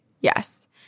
Yes